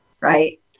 right